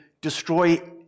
destroy